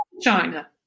China